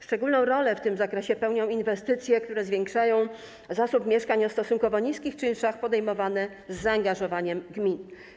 Szczególną rolę w tym zakresie pełnią inwestycje, które zwiększają zasób mieszkań o stosunkowo niskich czynszach, podejmowane z zaangażowaniem gmin.